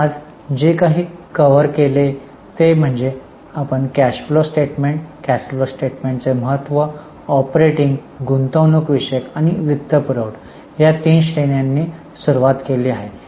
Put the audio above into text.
आपण आज जे काही कव्हर केले ते म्हणजे आपण cash flow statement cash flow स्टेटमेंटचे महत्त्व ऑपरेटिंग गुंतवणूक आणि वित्तपुरवठा या तीन श्रेण्यांनी सुरुवात केली आहे